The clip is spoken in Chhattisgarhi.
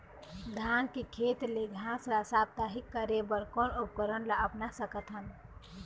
धान के खेत ले घास ला साप्ताहिक करे बर कोन उपकरण ला अपना सकथन?